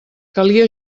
calia